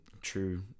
true